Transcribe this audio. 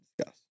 discuss